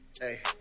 Hey